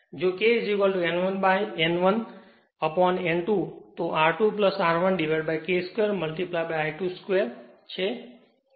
તેથી જો K NN1 uponN2 તો R2 R1K 2 I2 2 હશે